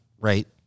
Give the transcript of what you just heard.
Right